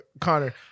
Connor